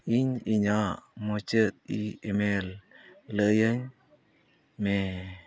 ᱤᱧ ᱤᱧᱟᱹᱜ ᱢᱩᱪᱟᱹᱫ ᱤᱼᱢᱮᱞ ᱞᱟᱭᱟᱹᱧ ᱢᱮ